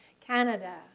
Canada